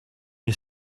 you